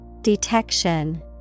Detection